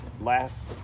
last